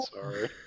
Sorry